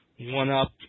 one-up